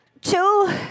two